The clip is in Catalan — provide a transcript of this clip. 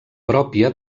pròpia